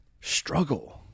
struggle